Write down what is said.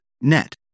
net